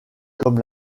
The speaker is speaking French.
comme